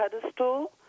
pedestal